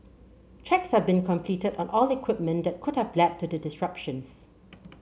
checks have been completed on all equipment that could have led to the disruptions